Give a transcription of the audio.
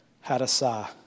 Hadassah